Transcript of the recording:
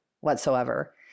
whatsoever